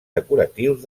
decoratius